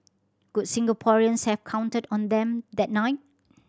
could Singaporeans have counted on them that night